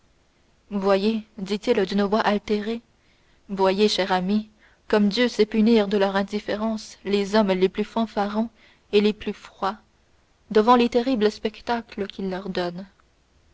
voyez dit-il d'une voix altérée voyez cher ami comme dieu sait punir de leur indifférence les hommes les plus fanfarons et les plus froids devant les terribles spectacles qu'il leur donne